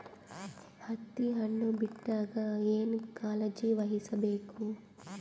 ಹತ್ತಿ ಹಣ್ಣು ಬಿಟ್ಟಾಗ ಏನ ಕಾಳಜಿ ವಹಿಸ ಬೇಕು?